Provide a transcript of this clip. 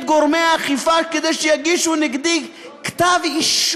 גורמי האכיפה כדי שיגישו נגדי כתב-אישום.